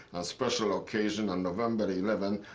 a special occasion on november eleven,